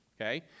Okay